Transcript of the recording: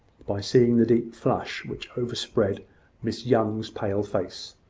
by seeing the deep flush which overspread miss young's pale face.